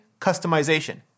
customization